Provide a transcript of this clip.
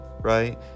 right